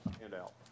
handout